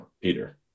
Peter